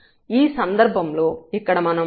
ఈ సందర్భంలో ఇక్కడ మనం x 12 ని పొందుతాము